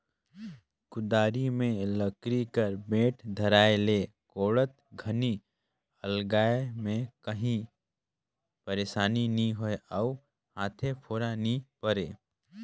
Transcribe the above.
कुदारी मे लकरी कर बेठ धराए ले कोड़त घनी अलगाए मे काही पइरसानी नी होए अउ हाथे फोरा नी परे